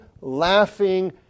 laughing